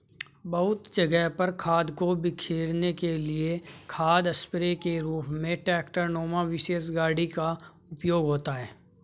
बहुत जगह पर खाद को बिखेरने के लिए खाद स्प्रेडर के रूप में ट्रेक्टर नुमा विशेष गाड़ी का उपयोग होता है